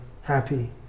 happy